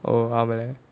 oh